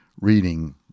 reading